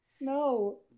No